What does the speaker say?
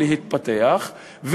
ולהתפתח,